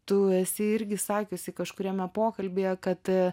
tu esi irgi sakiusi kažkuriame pokalbyje kad